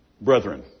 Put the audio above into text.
Brethren